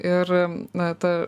ir na ta